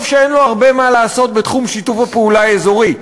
טוב שאין לו הרבה מה לעשות בתחום שיתוף הפעולה האזורי,